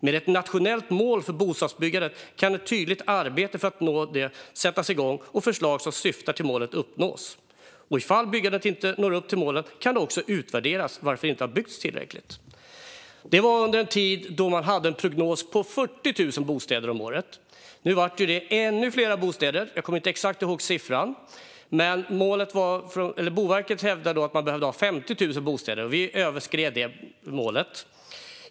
Med ett nationellt mål för bostadsbyggandet kan ett tydligt arbete för att nå det sättas igång och förslag som syftar till att målet uppnås tas fram. I de fall byggandet inte når upp till målet kan det också utvärderas varför det inte har byggts tillräckligt." Detta var under en tid då man hade en prognos på 40 000 bostäder om året. Sedan blev det ännu fler. Jag kommer inte ihåg den exakta siffran, men Boverket hävdade att man behövde ha 50 000 bostäder och vi överskred det målet.